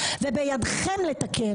דרך אגב, הוא גם כאב שלי.